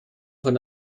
von